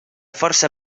força